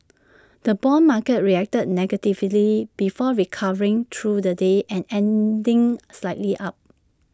the Bond market reacted negatively before recovering through the day and ending slightly up